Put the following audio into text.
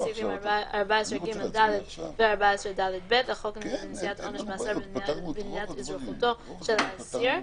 סעיפים 14ג(ד) ו־14ד(ב) לחוק לנשיאת עונש מאסר במדינת אזרחותו של האסיר,